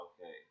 okay